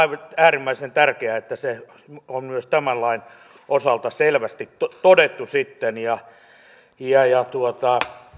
on äärimmäisen tärkeää että se on myös tämän lain osalta selvästi todettu